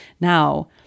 now